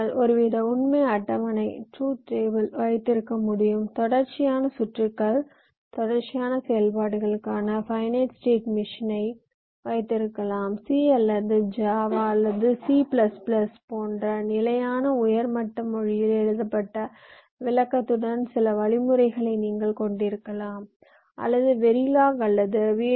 நீங்கள் ஒருவித உண்மை அட்டவணையை வைத்திருக்க முடியும் தொடர்ச்சியான சுற்றுகள் தொடர்ச்சியான செயல்பாடுகளுக்கான பைநைட் ஸ்டேட் மெஷினையும் வைத்திருக்கலாம் C அல்லது ஜாவா அல்லது C போன்ற நிலையான உயர் மட்ட மொழியில் எழுதப்பட்ட விளக்கத்துடன் சில வழிமுறைகளை நீங்கள் கொண்டிருக்கலாம் அல்லது வெரிலாக் அல்லது வி